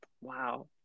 Wow